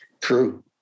True